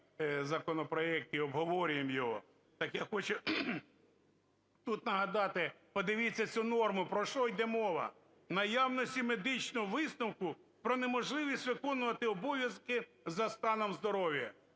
законопроект і обговорюємо його. Так я хочу тут нагадати, подивіться цю норму, про що йде мова: "наявності медичного висновку про неможливість виконувати обов'язки за станом здоров'я".